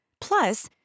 Plus